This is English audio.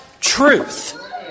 truth